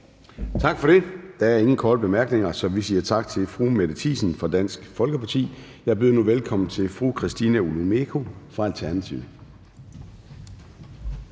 Gade): Der er ingen korte bemærkninger, så vi siger tak til fru Mette Thiesen fra Dansk Folkeparti. Jeg byder nu velkommen til fru Christina Olumeko fra Alternativet.